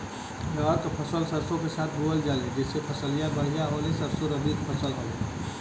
रहर क फसल सरसो के साथे बुवल जाले जैसे फसलिया बढ़िया होले सरसो रबीक फसल हवौ